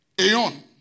Aeon